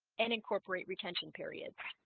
and incorporate retention period